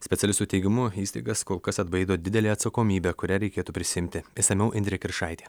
specialistų teigimu įstaigas kol kas atbaido didelė atsakomybė kurią reikėtų prisiimti išsamiau indrė kiršaitė